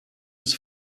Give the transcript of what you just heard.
des